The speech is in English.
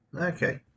Okay